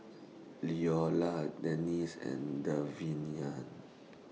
Leola Dennie's and